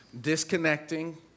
Disconnecting